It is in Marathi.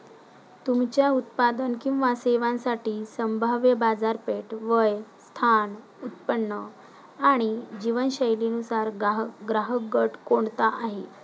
तुमच्या उत्पादन किंवा सेवांसाठी संभाव्य बाजारपेठ, वय, स्थान, उत्पन्न आणि जीवनशैलीनुसार ग्राहकगट कोणता आहे?